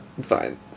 Fine